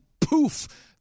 poof